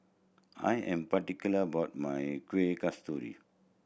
I am particular about my Kuih Kasturi